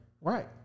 Right